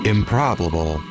Improbable